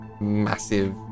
massive